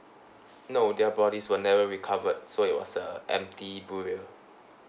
no their bodies were never recovered so it was a empty burial